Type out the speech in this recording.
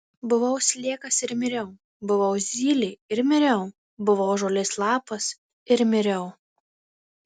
buvau sliekas ir miriau buvau zylė ir miriau buvau žolės lapas ir miriau